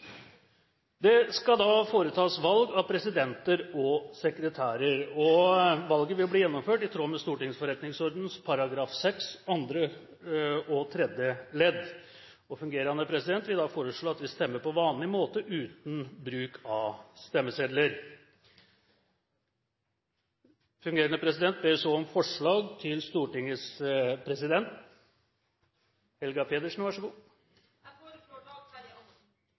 Det skal så foretas valg av presidenter og sekretærer. Valget vil bli gjennomført i tråd med Stortingets forretningsordens § 6, andre og tredje ledd. Fungerende president vil da foreslå at vi stemmer på vanlig måte, uten bruk av stemmesedler. Fungerende president ber om forslag på Stortingets president.